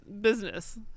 business